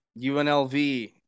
UNLV